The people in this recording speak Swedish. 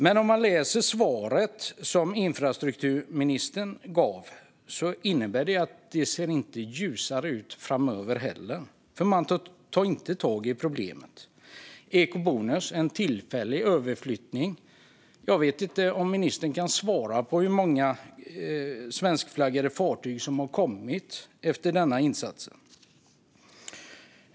Att döma av infrastrukturministerns svar ser det inte ljusare ut framöver heller, för man tar inte tag i problemet. Ekobonusen är tillfällig för överflyttning. Jag vet inte om ministern kan svara på hur många svenskflaggade fartyg som har tillkommit efter denna insats.